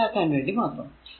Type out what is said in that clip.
മനസ്സലിക്കാൻ വേണ്ടി മാത്രം